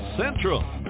Central